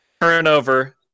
turnover